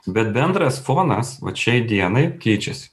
bet bendras fonas vat šiai dienai keičiasi